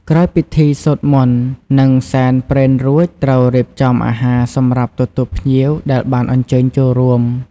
ក្រោយពីពិធីសូត្រមន្ត និងសែនព្រេនរួច ត្រូវរៀបចំអាហារសម្រាប់ទទួលភ្ញៀវដែលបានអញ្ជើញចូលរួម។